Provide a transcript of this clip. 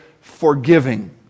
forgiving